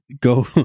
Go